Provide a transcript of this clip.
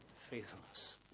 faithfulness